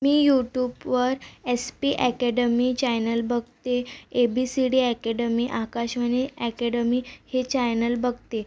मी यूटूपवर S P academy channel बघते A B C D academy Akashvani academy हे channel बघते